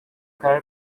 kararı